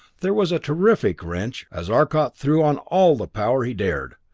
there was a terrific wrench as arcot threw on all the power he dared,